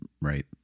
right